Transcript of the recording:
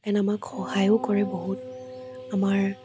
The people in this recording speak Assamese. এণ্ড আমাক সহায়ো কৰে বহুত আমাৰ